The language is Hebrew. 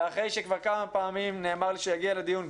אחרי שכבר כמה פעמים נאמר לי שהוא יגיע לדיון,